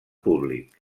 públic